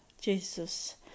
Jesus